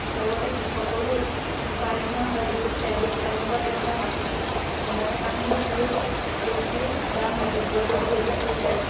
লগতে কৃষকৰো উপায় নোহোৱা হয় যিহেতু তেওঁলোকৰ তেনেকুৱা প্ৰাকৃতিক সমস্যাসমূহ হ'লেও বস্তুৰ দাম বাঢ়ি বঢ়াবলগীয়া হৈ যায়